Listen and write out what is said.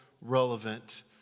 relevant